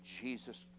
jesus